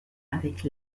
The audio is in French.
avec